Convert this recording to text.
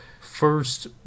first